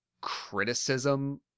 criticism